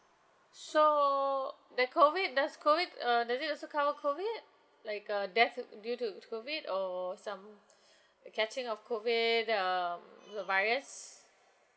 so the COVID does COVID uh does it also cover COVID like uh death uh uh due to t~ COVID or some catching of COVID that um the virus